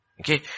Okay